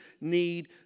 need